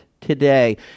today